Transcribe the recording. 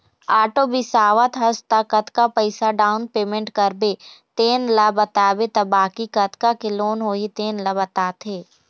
auto बिसावत हस त कतका पइसा डाउन पेमेंट करबे तेन ल बताबे त बाकी कतका के लोन होही तेन ल बताथे